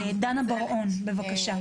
דנה בר-און, בבקשה.